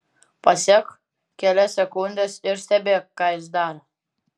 pasek kelias sekundes ir stebėk ką jis daro